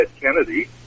Kennedy